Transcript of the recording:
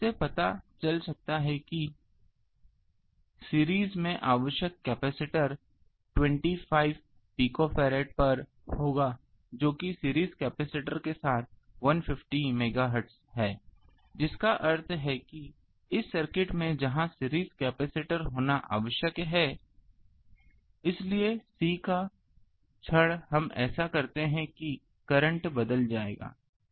तो इससे हमें पता चल सकता है कि सीरीज में आवश्यक कैपेसिटर 25 pf पर होगा जो कि सीरीज कैपेसिटर के साथ 150 मेगाहर्ट्ज है जिसका अर्थ है कि इस सर्किट में यहां सीरीज कैपेसिटर होना आवश्यक है इसलिए C का क्षण हम ऐसा करते हैं की करंट बदल जाएगा